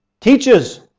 teaches